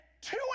two